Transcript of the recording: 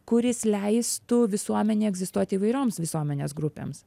kuris leistų visuomenėj egzistuot įvairioms visuomenės grupėms